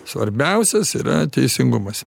svarbiausias yra teisingumas